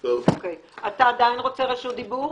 אתה עדיין רוצה רשות דיבור?